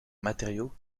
matériau